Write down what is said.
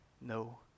no